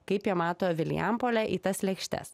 kaip jie mato vilijampolę į tas lėkštes